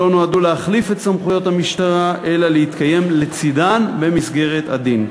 לא נועדו להחליף את סמכויות המשטרה אלא להתקיים לצדן במסגרת הדין.